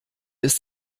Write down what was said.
ist